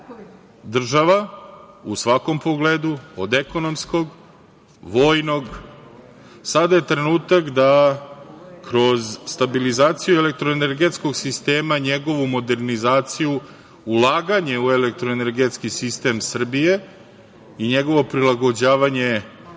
država, u svakom pogledu, od ekonomskog, vojnog, sada je trenutak da kroz stabilizaciju elektroenergetskog sistema, njegovu modernizaciju, ulaganje u elektroenergetski sistem Srbije i njegovo prilagođavanje